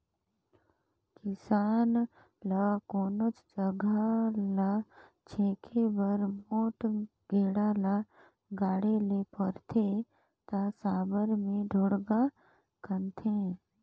किसान ल कोनोच जगहा ल छेके बर मोट गेड़ा ल गाड़े ले परथे ता साबर मे ढोड़गा खनथे